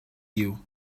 you